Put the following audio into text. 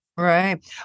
Right